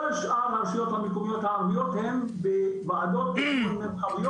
כל שאר הרשויות המקומיות הערביות הן בוועדות תכנון מרחביות,